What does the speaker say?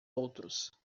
outros